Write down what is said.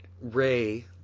Ray